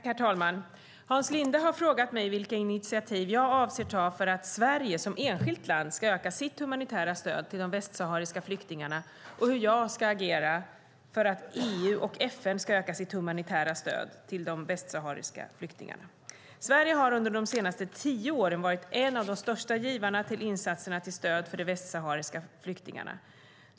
Herr talman! Hans Linde har frågat mig vilka initiativ jag avser att ta för att Sverige som enskilt land ska öka sitt humanitära stöd till de västsahariska flyktingarna och hur jag ska agera för att få EU och FN att öka sitt humanitära stöd till de västsahariska flyktingarna. Sverige har under de senaste tio åren varit en av de största givarna till insatserna till stöd för de västsahariska flyktingarna.